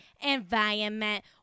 environment